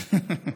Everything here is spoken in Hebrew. ג'יפארא.